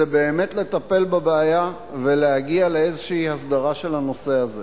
זה באמת לטפל בבעיה ולהגיע לאיזו הסדרה של הנושא הזה,